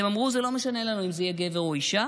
הם אמרו: זה לא משנה לנו אם זה יהיה גבר או אישה.